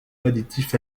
additif